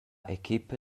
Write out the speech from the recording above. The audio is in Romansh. equipa